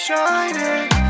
Shining